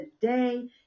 today